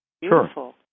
Beautiful